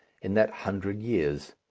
in that hundred years.